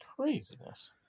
Craziness